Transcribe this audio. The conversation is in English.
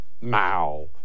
Mao